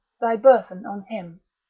thy burthen on him,